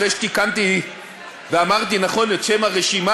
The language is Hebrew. אחרי שתיקנתי ואמרתי נכון את שם הרשימה